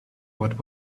what